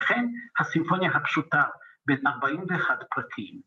וכן הסימפוניה הפשוטה, בן 41 פרקים.